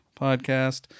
podcast